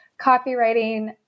copywriting